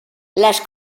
las